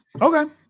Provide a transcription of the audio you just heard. Okay